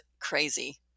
crazy